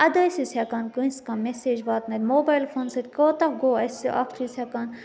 اَدٕ ٲسۍ أسۍ ہٮ۪کان کٲنٛسہِ مسیج واتنٲوِتھ موبایِل فونہٕ سۭتۍ کوٗتاہ گوٚو اَسہِ اَکھ چھِ أسۍ ہیٚکان